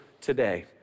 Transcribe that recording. today